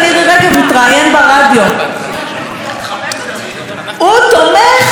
הוא תומך בחוק הנאמנות בתרבות.